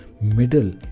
middle